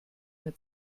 mehr